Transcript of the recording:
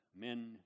men